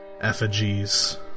effigies